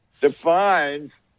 defines